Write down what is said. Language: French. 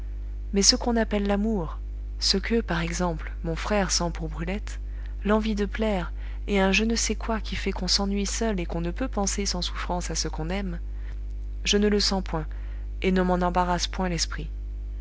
mais ce qu'on appelle l'amour ce que par exemple mon frère sent pour brulette l'envie de plaire et un je ne sais quoi qui fait qu'on s'ennuie seul et qu'on ne peut penser sans souffrance à ce qu'on aime je ne le sens point et ne m'en embarrasse point l'esprit